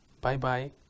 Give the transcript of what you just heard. Bye-bye